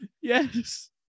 Yes